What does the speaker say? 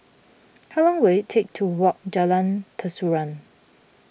how long will it take to walk Jalan Terusan